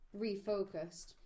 refocused